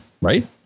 right